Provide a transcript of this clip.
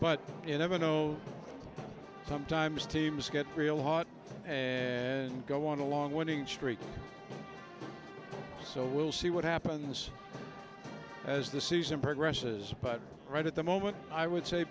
but you never know sometimes teams get real hot and go on a long winning streak so we'll see what happens as the season progresses but right at the moment i would say